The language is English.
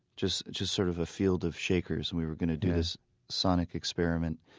just just sort of a field of shakers. and we were going to do this sonic experiment.